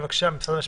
בבקשה, משרד המשפטים.